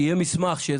יהיה מסמך.